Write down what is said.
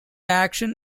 action